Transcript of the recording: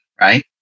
right